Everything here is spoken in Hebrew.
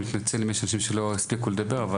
אני מתנצל מראש אם לא כולם הספיקו לדבר.